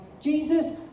Jesus